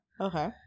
okay